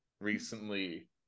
Recently